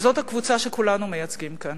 וזאת הקבוצה שכולנו מייצגים כאן.